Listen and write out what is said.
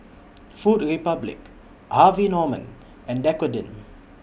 Food Republic Harvey Norman and Dequadin